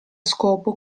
scopo